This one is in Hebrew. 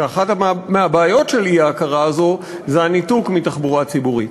ואחת מהבעיות של האי-הכרה הזאת זה הניתוק מתחבורה ציבורית.